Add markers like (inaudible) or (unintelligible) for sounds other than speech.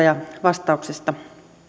(unintelligible) ja vastauksista